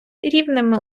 рівними